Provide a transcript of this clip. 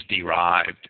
derived